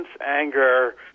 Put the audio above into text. anger